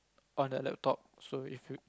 on a laptop so if you